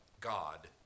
God